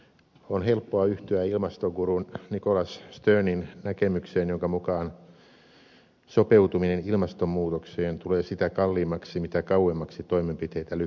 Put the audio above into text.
on helppoa yhtyä ilmastoguru nicholas sternin näkemykseen jonka mukaan sopeutuminen ilmastonmuutokseen tulee sitä kalliimmaksi mitä kau emmaksi toimenpiteitä lykätään